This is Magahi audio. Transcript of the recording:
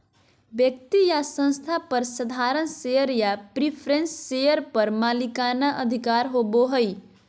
व्यक्ति या संस्था पर साधारण शेयर या प्रिफरेंस शेयर पर मालिकाना अधिकार होबो हइ